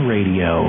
Radio